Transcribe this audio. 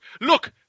look